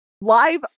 live